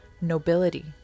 nobility